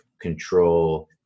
control